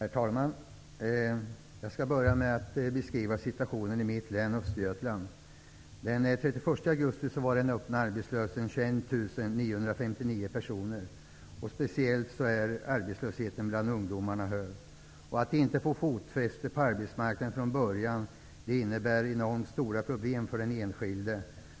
Herr talman! Jag skall börja med att beskriva situationen i mitt län, Östergötlands län. Den 31 augusti var 21 959 öppet arbetslösa. Speciellt bland ungdomar är arbetslösheten hög. Att inte få fotfäste på arbetsmarknaden från början innebär enormt stora problem för den enskilde.